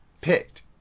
picked